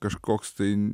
kažkoks tai